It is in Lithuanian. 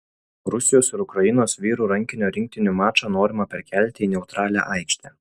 rusijos ir ukrainos vyrų rankinio rinktinių mačą norima perkelti į neutralią aikštę